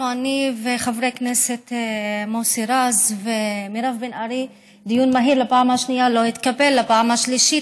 חבר הכנסת יעקב מרגי לא נמצא ויעל גרמן לא נמצאת,